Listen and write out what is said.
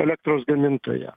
elektros gamintoją